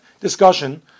discussion